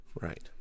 Right